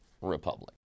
republic